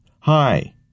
hi